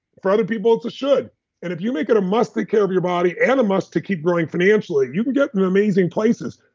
for other people it's a should and if you make it a must take care of your body and a must to keep growing financially you can get to amazing places.